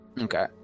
Okay